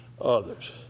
others